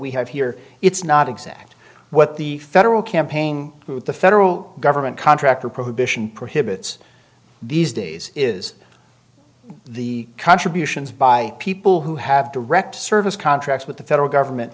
we have here it's not exact what the federal campaign the federal government contractor prohibition prohibits these days is the contributions by people who have direct service contracts with the federal government